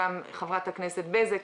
חברת הכנסת בזק,